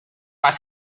but